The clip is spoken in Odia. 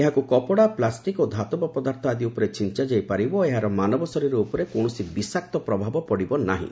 ଏହାକୁ କପଡ଼ା ପ୍ଲାଷ୍ଟିକ୍ ଓ ଧାତବ ପଦାର୍ଥ ଆଦି ଉପରେ ଛିଞ୍ଚାଯାଇ ପାରିବ ଓ ଏହାର ମାନବ ଶରୀର ଉପରେ କୌଣସି ବିଶାକ୍ତ ପ୍ରଭାବ ପଡ଼ିବ ନାହିଁ